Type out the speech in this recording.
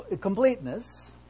completeness